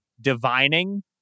divining